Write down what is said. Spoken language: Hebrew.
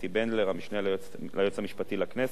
המשנה ליועץ המשפטי לכנסת.